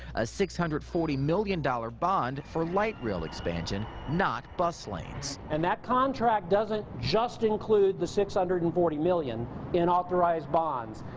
a six hundred and forty million dollars bond for light rail expansion. not bus lanes. and that contract doesn't just include the six hundred and forty million in authorized bonds.